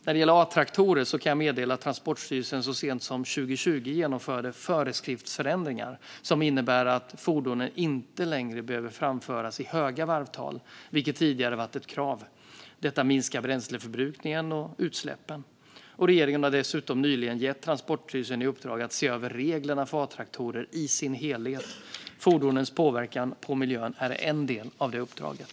Vad gäller A-traktorer kan jag meddela att Transportstyrelsen så sent som 2020 genomförde föreskriftsförändringar som innebär att fordonen inte längre behöver framföras i höga varvtal, vilket tidigare varit ett krav. Detta minskar bränsleförbrukning och utsläpp. Regeringen har dessutom nyligen gett Transportstyrelsen i uppdrag att se över reglerna för A-traktorer i dess helhet. Fordonens påverkan på miljön är en del i det uppdraget.